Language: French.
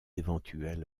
éventuel